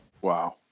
Wow